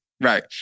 Right